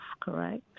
correct